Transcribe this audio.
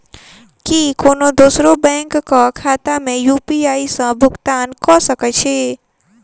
की कोनो दोसरो बैंक कऽ खाता मे यु.पी.आई सऽ भुगतान कऽ सकय छी?